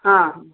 ହଁ